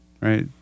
Right